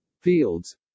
Fields